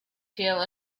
feel